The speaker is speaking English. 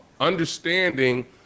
understanding